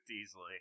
easily